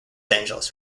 angeles